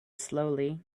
slowly